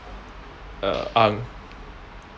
err ang